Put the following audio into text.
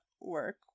work